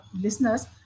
listeners